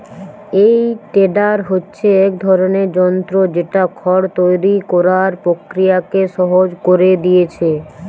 এই টেডার হচ্ছে এক ধরনের যন্ত্র যেটা খড় তৈরি কোরার প্রক্রিয়াকে সহজ কোরে দিয়েছে